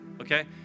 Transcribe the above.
okay